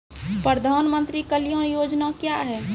प्रधानमंत्री कल्याण योजना क्या हैं?